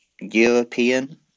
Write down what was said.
European